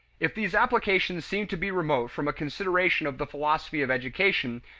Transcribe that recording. if these applications seem to be remote from a consideration of the philosophy of education,